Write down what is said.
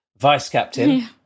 vice-captain